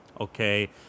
Okay